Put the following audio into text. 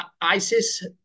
Isis